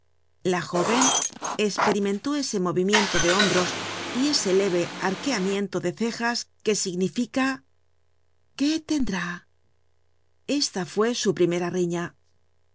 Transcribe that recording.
la jóven esperimentó ese movimiento de hombros y ese leve arqueamiento de cejas que significa qué tendrá esta fue su primera riña